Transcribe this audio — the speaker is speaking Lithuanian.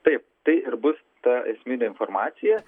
taip tai ir bus ta esminė informacija